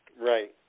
Right